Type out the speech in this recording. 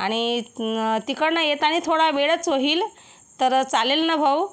आणि तिकडनं येतानी थोडा वेळच होईल तर चालेल ना भाऊ